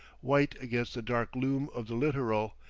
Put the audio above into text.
white against the dark loom of the littoral,